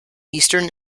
eastern